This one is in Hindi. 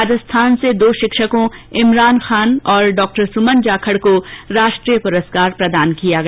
राजस्थान से दो शिक्षकों इमरान खान तथा डॉ सुमन जाखड़ को राष्ट्रीय पुरस्कार प्रदान किया गया